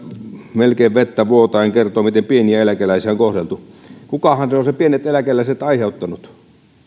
melkein vettä vuotaen kertoi miten pieniä eläkeläisiä on kohdeltu kukahan se on ne pienet eläkeläiset aiheuttanut